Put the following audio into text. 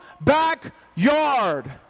backyard